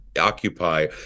occupy